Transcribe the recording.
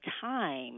time